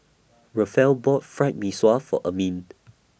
Rafael bought Fried Mee Sua For Ermine